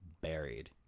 buried